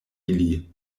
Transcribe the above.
ili